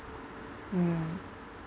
mm